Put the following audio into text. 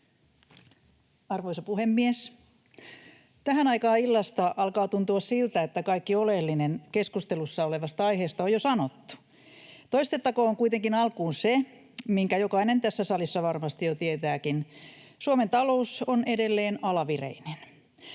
Arvoisa puhemies! Tähän aikaan illasta alkaa tuntua siltä, että kaikki oleellinen keskustelussa olevasta aiheesta on jo sanottu. Toistettakoon kuitenkin alkuun se, minkä jokainen tässä salissa varmasti jo tietääkin: Suomen talous on edelleen alavireinen,